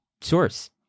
source